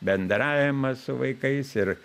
bendravimas su vaikais ir